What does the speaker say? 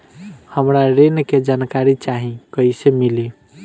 हमरा ऋण के जानकारी चाही कइसे मिली?